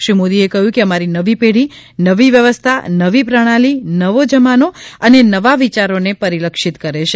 શ્રી મોદીએ કહ્યું કે અમારી નવી પેઢીનવી વ્યવસ્થા નવી પ્રણાલી નવો જમાનો અને નવા વિયારોને પરિલક્ષિત કરે છે